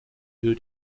due